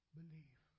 believe